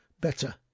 better